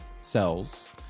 cells